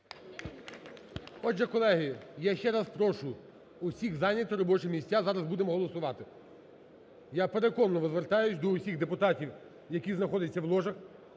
Отже, колеги, я ще раз прошу всіх зайняти робочі місця. Зараз будемо голосувати. Я переконливо звертаюсь до всіх депутатів, які знаходяться в ложах,